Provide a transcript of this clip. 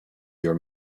your